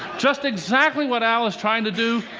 just exactly what al is trying to do,